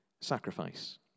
sacrifice